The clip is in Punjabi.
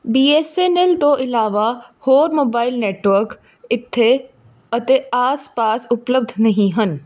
ਬੀ ਐੱਸ ਐੱਨ ਐੱਲ ਤੋਂ ਇਲਾਵਾ ਹੋਰ ਮੋਬਾਈਲ ਨੈੱਟਵਰਕ ਇੱਥੇ ਅਤੇ ਆਸ ਪਾਸ ਉਪਲੱਬਧ ਨਹੀਂ ਹਨ